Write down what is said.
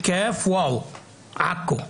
יאפא יפו, ביר א-סבע באר שבע, א-נאסירה נצרת.